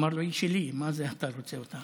אמר לו: היא שלי, מה זה אתה רוצה אותה?